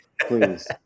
Please